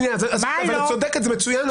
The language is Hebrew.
את צודקת, זה מצוין.